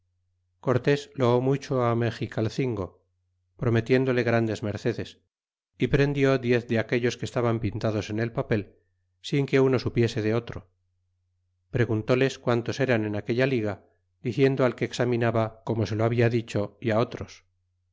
cortés loó mucho me méxico cinco prometiéndole grandes mercedes y prendió diez de aquellos qta estaban pintados en el papel sin que uno supiese de otro pre guntóles quantos eran en aquella liga diciendo al que examinaba tomo se lo habla dicho y otros